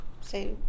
say